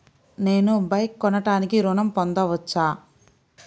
నేను బైక్ కొనటానికి ఋణం పొందవచ్చా?